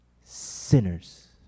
Sinners